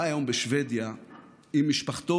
הוא חי היום בשבדיה עם משפחתו,